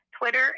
Twitter